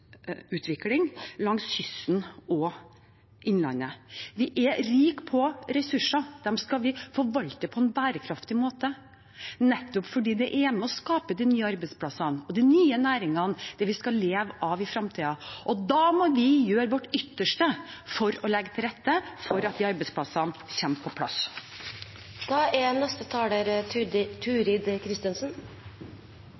langs kysten og i innlandet. Vi er rik på ressurser, og de skal vi forvalte på en bærekraftig måte, nettopp fordi det er med på å skape de nye arbeidsplassene og de nye næringene, det vi skal leve av i framtiden. Og da må vi gjøre vårt ytterste for å legge til rette for at de arbeidsplassene kommer på